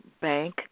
bank